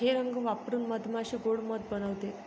हे रंग वापरून मधमाशी गोड़ मध बनवते